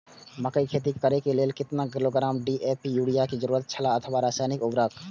मकैय के खेती करे के लेल केतना किलोग्राम डी.ए.पी या युरिया के जरूरत छला अथवा रसायनिक उर्वरक?